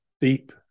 deep